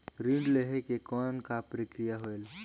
ऋण लहे के कौन का प्रक्रिया होयल?